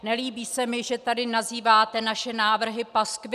Nelíbí se mi, že tady nazýváte naše návrhy paskvily.